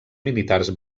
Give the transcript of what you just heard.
militars